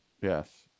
Yes